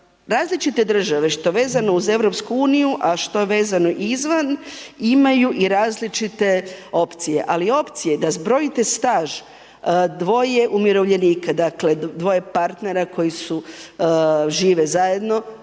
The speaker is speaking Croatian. različite države što vezano uz EU, a što vezano izvan imaju i različite opcije, ali opcije da zbrojite staž dvoje umirovljenika, dakle dvoje partnera koji su žive zajedno